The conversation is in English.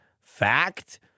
Fact